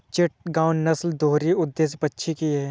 चिटगांव नस्ल दोहरी उद्देश्य पक्षी की है